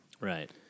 Right